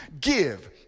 Give